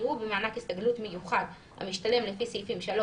יראו במענק הסתגלות מיוחד המשתלם לפי סעיפים 3,